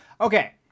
okay